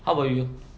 how about you